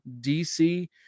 DC